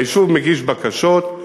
היישוב מגיש בקשות,